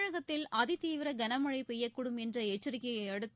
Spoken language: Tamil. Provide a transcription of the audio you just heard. தமிழகத்தில் அதிதீவிர கனமழை பெய்யக்கூடும் என்ற எச்சரிக்கையையடுத்து